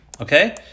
Okay